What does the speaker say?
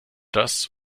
das